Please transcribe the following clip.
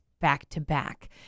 back-to-back